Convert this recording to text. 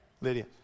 Lydia